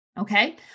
okay